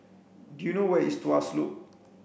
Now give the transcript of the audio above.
do you know where is Tuas Loop